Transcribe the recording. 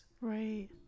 right